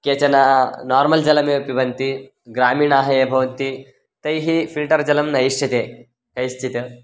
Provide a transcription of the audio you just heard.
केचन नार्मल् जलमेव भवन्ति ग्रामीणाः ये भवन्ति तैः फ़िल्टर् जलं न इष्यते कैश्चित्